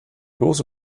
große